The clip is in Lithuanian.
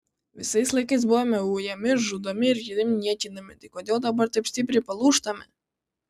visais laikais buvome ujami žudomi ir kitaip niekinami tai kodėl dabar taip stipriai palūžtame